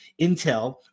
Intel